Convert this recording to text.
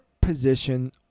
position